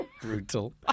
Brutal